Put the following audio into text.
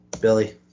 Billy